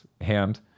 hand